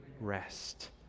rest